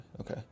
Okay